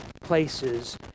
places